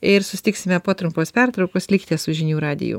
ir susitiksime po trumpos pertraukos likite su žinių radiju